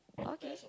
okay